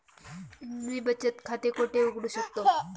मी बचत खाते कोठे उघडू शकतो?